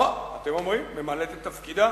איך אתם אומרים, ממלאת את תפקידה,